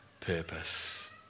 purpose